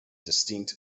distinct